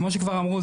כמו שכבר אמרו,